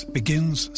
begins